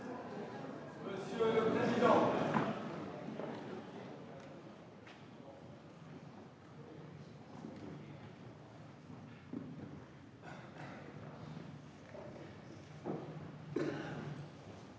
Monsieur le président,